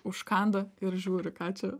užkanda ir žiūri ką čia